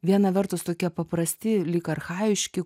viena vertus tokie paprasti lyg archajiški